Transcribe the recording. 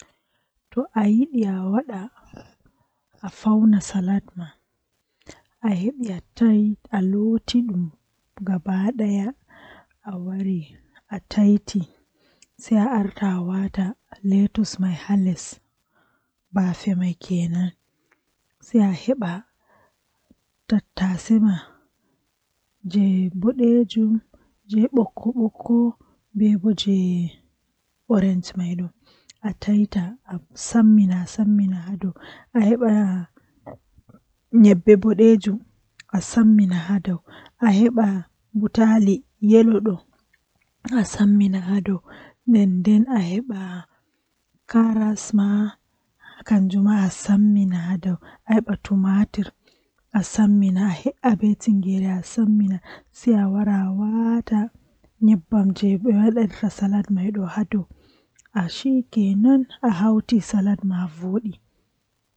Eey, Konngol aduna waɗataa ɗabbiraaɗe sooytaa so a semmbude, A foti njaaɓnirde waɗi, ɗi yamiraade ɗi, Ɗi leeɓde, Ɗi huutoraade e ɗi naatude maa ɗi famɗe dow, Ko nde njogita semmbugol maa, Ko waɗi nde a fami waɗude caɗeele, Nder laamu e njogorde, Ɗuum woodani ko waɗata e waɗal maa ko a soowoo majji e sooyte nde.